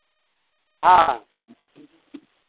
हँ